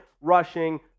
rushing